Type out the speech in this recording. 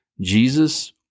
Jesus